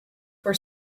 for